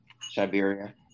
Siberia